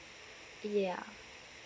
yeah